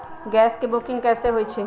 Gas के booking कैसे होईछई?